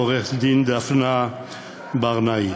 עורכת-דין דפנה ברנאי,